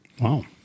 Wow